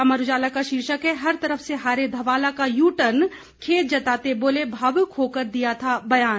अमर उजाला का शीर्षक है हर तरफ से हारे धवाला का यू टर्न खेद जताते बोले भावुक होकर दिया था बयान